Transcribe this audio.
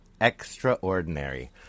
Extraordinary